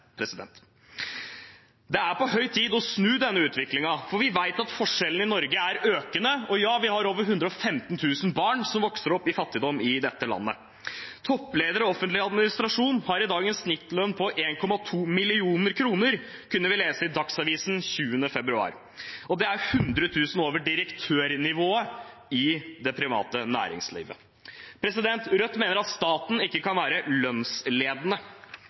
Det er på høy tid å snu denne utviklingen, for vi vet at forskjellene i Norge er økende. Og ja, vi har over 115 000 barn som vokser opp i fattigdom i dette landet. Toppledere i offentlig administrasjon har i dag en snittlønn på 1,2 mill. kr, kunne vi lese i Dagsavisen 21. februar, og det er 100 000 kr over direktørnivået i det private næringslivet. Rødt mener at staten ikke kan være lønnsledende.